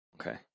Okay